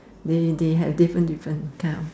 they they had different different kind of